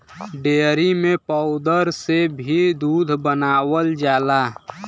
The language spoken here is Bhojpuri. डेयरी में पौउदर से भी दूध बनावल जाला